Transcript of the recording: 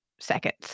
seconds